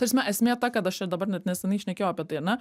ta prasme esmė ta kad aš čia dabar net neseniai šnekėjau apie tai ar ne